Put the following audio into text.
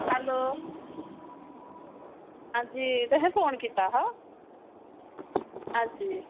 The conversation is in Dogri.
हैल्लो हां जी तुसें फोन कीता हा हां जी